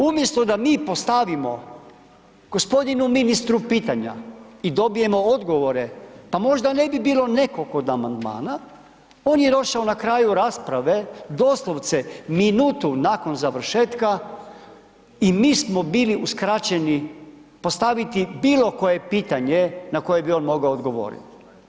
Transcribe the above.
Umjesto da mi postavimo g. ministru pitanja i dobijemo odgovore, pa možda ne bi bilo neko kod amandmana, on je došao nakon rasprave, doslovce minutu nakon završetka i mi smo bili uskraćeni postaviti bilo koje pitanje na koje bi on mogao odgovoriti.